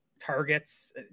targets